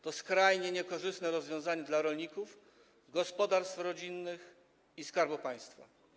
To jest skrajnie niekorzystne rozwiązanie dla rolników, gospodarstw rodzinnych i Skarbu Państwa.